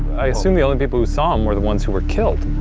i assume the only people who saw him, were the ones who were killed.